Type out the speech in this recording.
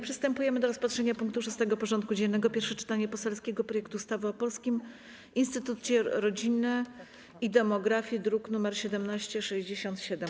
Przystępujemy do rozpatrzenia punktu 6. porządku dziennego: Pierwsze czytanie poselskiego projektu ustawy o Polskim Instytucie Rodziny i Demografii (druk nr 1767)